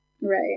Right